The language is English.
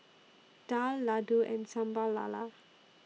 Daal Laddu and Sambal Lala